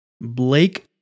Blake